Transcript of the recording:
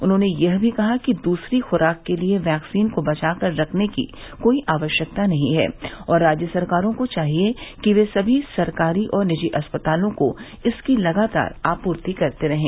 उन्होंने यह भी कहा कि दूसरी खुराक के लिए वैक्सीन को बचाकर रखने की कोई आवश्यकता नहीं है और राज्य सरकारों को चाहिए कि वे सभी सरकारी और निजी अस्पतालों को इसकी लगातार आपूर्ति करते रहें